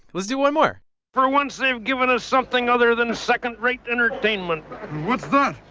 let's do one more for once, they've given us something other than second-rate entertainment what's that?